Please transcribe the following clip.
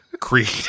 creed